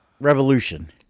revolution